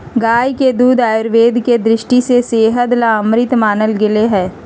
गाय के दूध आयुर्वेद के दृष्टि से सेहत ला अमृत मानल गैले है